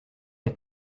the